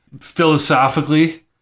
Philosophically